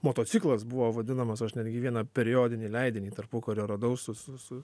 motociklas buvo vadinamas aš netgi vieną periodinį leidinį tarpukario radau su su su